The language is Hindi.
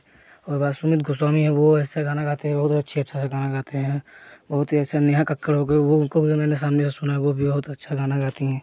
उसके बाद सुमित गोस्वामी हैं वह ऐसा गाना गाते हैं वह अच्छे अच्छे गाना गाते हैं बहुत ही अच्छा नेहा कक्कड़ हो गए वह उनको भी मैंने सामने से सुना है वह भी बहुत अच्छा गाना गाती हैं